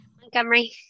Montgomery